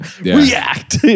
React